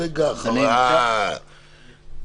ברגע האחרון,